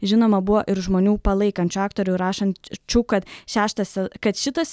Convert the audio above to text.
žinoma buvo ir žmonių palaikančių aktorių rašančių kad šeštas se kad šitas